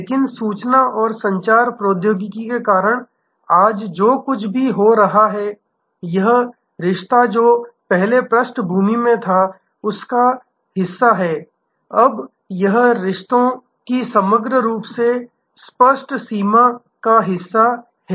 लेकिन सूचना और संचार प्रौद्योगिकी के कारण आज जो कुछ भी हो रहा है यह रिश्ता जो पहले पृष्ठभूमि में था अब उसका हिस्सा है यह अब रिश्तों की समग्र रूप से स्पष्ट सीमा का हिस्सा है